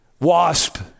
wasp